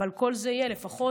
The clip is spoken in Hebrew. אבל כל זה יהיה לפחות